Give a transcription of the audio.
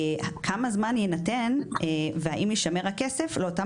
כמה זמן יינתן והאם יישמר הכסף לאותן